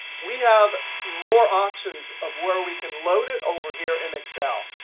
we have more options of where we can load it over here in excel.